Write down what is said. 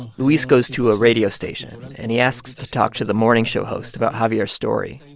luis goes to a radio station, and he asks to talk to the morning show host about javier's story.